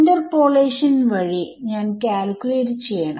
interpolation വഴി ഞാൻ calculate ചെയ്യണം